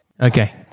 Okay